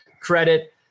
credit